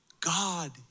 God